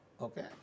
Okay